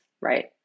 right